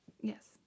Yes